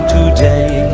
Today